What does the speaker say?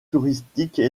touristiques